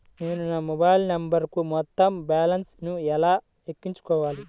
నేను నా మొబైల్ నంబరుకు మొత్తం బాలన్స్ ను ఎలా ఎక్కించుకోవాలి?